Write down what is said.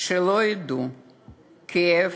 שלא ידעו כאב,